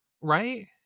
right